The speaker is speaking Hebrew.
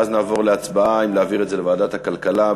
ואז נעבור להצבעה אם להעביר את זה לוועדת הכלכלה.